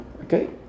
Okay